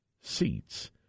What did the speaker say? seats